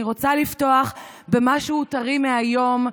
אני רוצה לפתוח במשהו טרי מהיום.